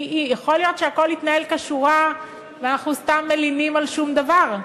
יכול להיות שהכול התנהל כשורה ואנחנו סתם מלינים על שום דבר,